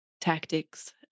tactics